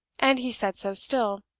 and he said so still.